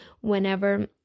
whenever